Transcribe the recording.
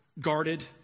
guarded